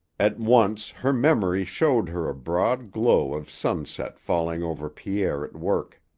at once her memory showed her a broad glow of sunset falling over pierre at work.